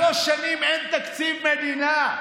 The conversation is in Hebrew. שלוש שנים אין תקציב מדינה,